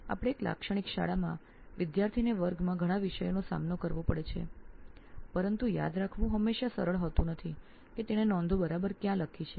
આપણી એક વિશિષ્ટ શાળામાં વિદ્યાર્થીને વર્ગમાં ઘણા બધા વિષયોનો સામનો કરવાનો હોય છે પરંતુ યાદ રાખવું હંમેશા સરળ હોતું નથી કે તેણે નોંધો બરાબર ક્યાં લખી છે